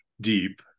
deep